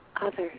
others